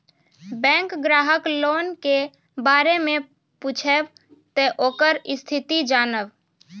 Bank ग्राहक loan के बारे मैं पुछेब ते ओकर स्थिति जॉनब?